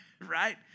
Right